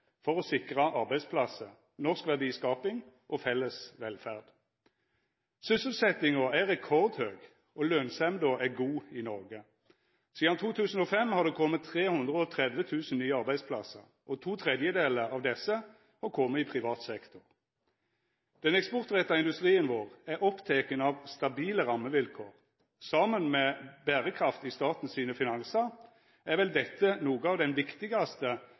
for å sikra arbeidsplassar, norsk verdiskaping og felles velferd. Sysselsetjinga er rekordhøg, og lønsemda er god i Noreg. Sidan 2005 har det kome 330 000 nye arbeidsplassar, og to tredjedelar av desse har kome i privat sektor. Den eksportretta industrien vår er oppteken av stabile rammevilkår. Saman med berekraft i staten sine finansar er vel dette ein av dei viktigaste